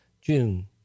June